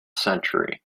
century